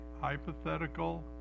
hypothetical